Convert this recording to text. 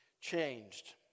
changed